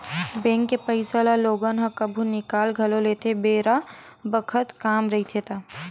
bank के पइसा ल लोगन ह कभु निकाल घलो लेथे बेरा बखत काम रहिथे ता